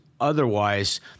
otherwise